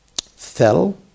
fell